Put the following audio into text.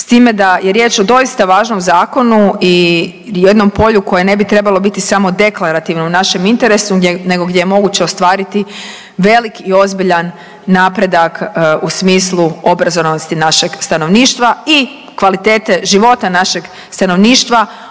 S time da je riječ o doista važnom zakonu i jednom polju koje ne bi trebalo biti samo deklarativno u našem interesu, nego gdje je moguće ostvariti velik i ozbiljan napredak u smislu obrazovanosti našeg stanovništva i kvalitete života našeg stanovništva